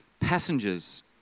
passengers